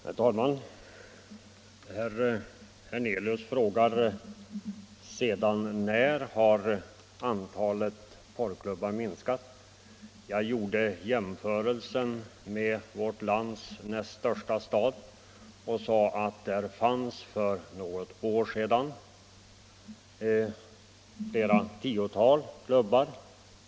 Herr talman! Herr Hernelius frågar: Sedan när har antalet porrklubbar minskat? Jag tog som exempel vårt lands näst största stad och sade att det där för något år sedan fanns flera tiotal klubbar.